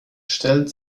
stellt